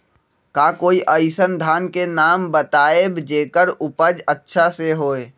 का कोई अइसन धान के नाम बताएब जेकर उपज अच्छा से होय?